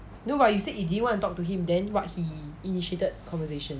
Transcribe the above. you know what you said you don't want to talk to him then what he initiated conversation then he say like